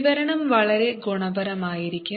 വിവരണം വളരെ ഗുണപരമായിരിക്കും